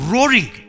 Roaring